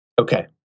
Okay